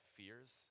fears